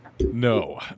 No